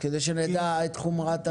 שיעור המשכנתאות, כדי שנדע את חומרת הנושא.